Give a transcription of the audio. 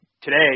today